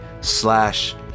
slash